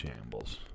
shambles